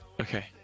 Okay